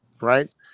right